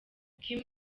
kim